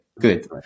good